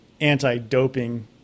anti-doping